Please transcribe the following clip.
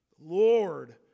Lord